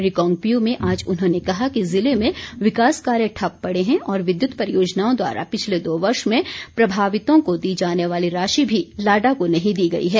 रिकांगपिओ में आज उन्होंने कहा कि जिले में विकास कार्य ठप्प पड़े है और विद्युत परियोजनाओं द्वारा पिछले दो वर्ष में प्रभावितों को दी जाने वाली राशि भी लाडा को नहीं दी गई है